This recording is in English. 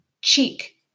cheek